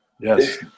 Yes